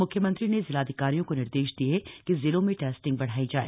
म्ख्यमंत्री ने जिलाधिकारियों को निर्देश दिये कि जिलों में टेस्टिंग बढ़ाई जाए